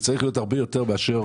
זה צריך להיות הרבה יותר מאשר